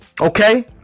Okay